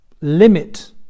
limit